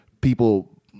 people